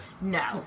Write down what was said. No